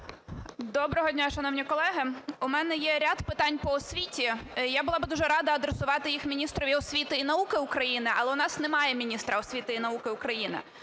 Доброго дня, шановні колеги! У мене є ряд питань по освіті. Я була б дуже рада адресувати їх міністрові освіти і науки України, але у нас немає міністра освіти і науки України.